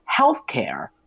healthcare